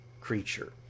creature